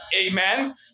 Amen